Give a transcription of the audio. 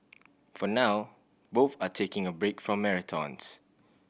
for now both are taking a break from marathons